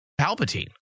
Palpatine